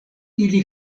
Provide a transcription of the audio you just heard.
ili